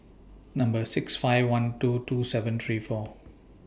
Number six five one two two seven three four